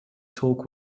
talk